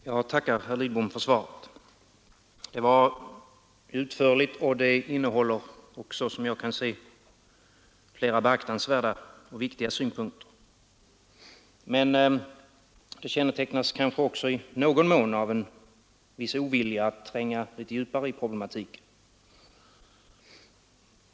Herr talman! Jag tackar herr Lidbom för svaret. Det var utförligt, och det innehåller också, som jag kan se, flera beaktansvärda och viktiga synpunkter. Men det kännetecknas kanske i någon mån av en viss ovilja att tränga djupare in i problematiken.